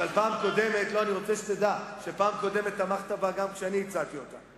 אבל בפעם הקודמת תמכת בה גם כשאני הצעתי אותה.